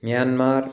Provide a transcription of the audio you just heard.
Myanmar